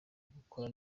gukora